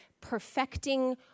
perfecting